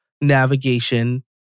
navigation